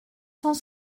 cent